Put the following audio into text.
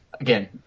again